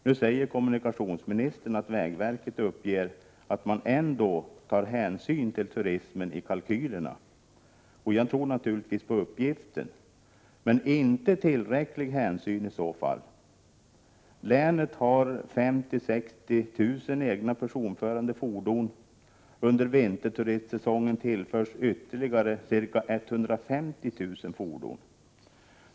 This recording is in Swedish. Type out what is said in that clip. Nu säger kommunikationsministern att vägverket uppger att man ändå tar hänsyn till turismen i kalkylerna, och jag tror naturligtvis på den uppgiften, men inte tillräcklig hänsyn i så fall. Länet har 50 000-60 000 egna personförande fordon. Under vinterturistsäsongen tillförs ytterligare ca 150 000 fordon.